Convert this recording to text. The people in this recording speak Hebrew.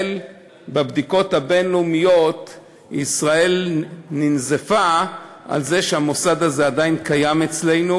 בבדיקות הבין-לאומיות ננזפה ישראל על זה שהמוסד הזה עדיין קיים אצלנו.